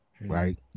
right